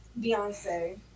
Beyonce